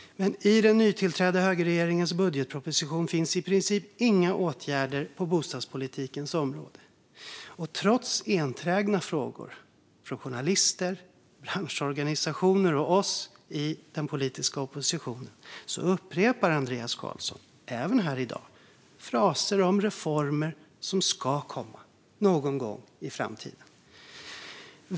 Men i den nytillträdda högerregeringens budgetproposition finns i princip inga åtgärder på bostadspolitikens område. Och trots enträgna frågor från journalister, branschorganisationer och oss i den politiska oppositionen upprepar Andreas Carlson även här i dag fraser om reformer som ska komma någon gång i framtiden.